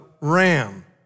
Ram